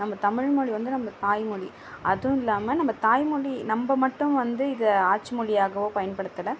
நம்ம தமிழ்மொழி வந்து நம்ம தாய்மொழி அதுவும் இல்லாமல் நம்ம தாய்மொழி நம்ம மட்டும் வந்து இதை ஆட்சி மொழியாக பயன்படுத்தலை